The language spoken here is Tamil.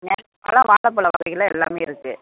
நேந்திர பழம் வாலப்பழம் வகைகளில் எல்லாமே இருக்கு